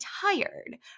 tired